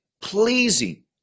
pleasing